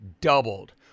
doubled